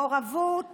מעורבות